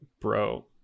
bro